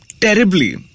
terribly